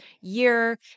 year